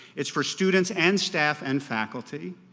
it's for students and staff and faculty.